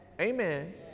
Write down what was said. amen